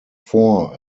four